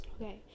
Okay